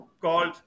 called